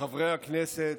חברי הכנסת,